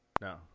No